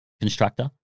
constructor